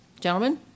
Gentlemen